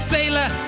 Sailor